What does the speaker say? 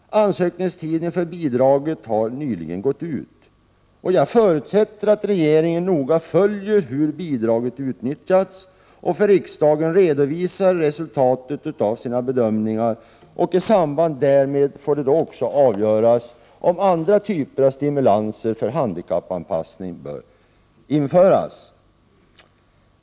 Ansökningstiden för bidragen har nyligen gått ut. Jag förutsätter att regeringen noga följer hur bidraget utnyttjas och för riksdagen redovisar resultatet av sina bedömningar. I samband därmed får det avgöras om andra typer av stimulanser för handikappanpassning bör införas.